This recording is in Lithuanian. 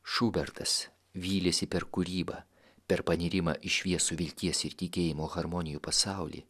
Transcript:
šubertas vylėsi per kūrybą per panirimą į šviesų vilties ir tikėjimo harmonijų pasaulį